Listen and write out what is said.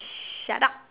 shut up